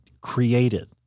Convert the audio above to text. created